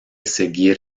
seguir